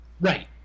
Right